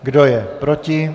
Kdo je proti?